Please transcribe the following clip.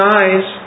eyes